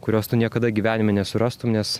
kurios tu niekada gyvenime nesurastum nes